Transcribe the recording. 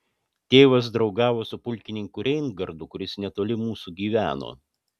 tėvas draugavo su pulkininku reingardu kuris netoli mūsų gyveno